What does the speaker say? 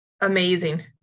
amazing